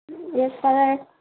yes sir